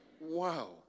Wow